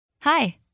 Hi